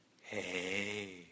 Hey